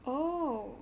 oh